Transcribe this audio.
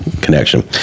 connection